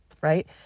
right